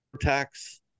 tax